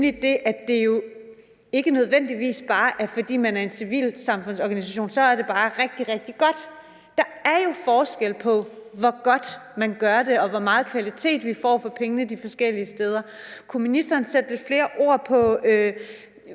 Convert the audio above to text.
at det jo ikke nødvendigvis bare er sådan, at fordi man er en civilsamfundsorganisation, så er det bare rigtig, rigtig godt. Der er jo forskel på, hvor godt man gør det, og hvor meget kvalitet vi får for pengene de forskellige steder. Kunne ministeren sætte lidt flere ord på,